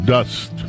Dust